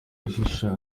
guhishira